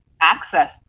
access